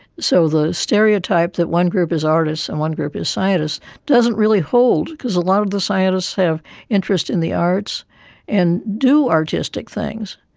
so the stereotype that one group is artist and one group is scientist doesn't really hold because a lot of the scientists have interest in the arts and do artistic things.